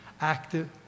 active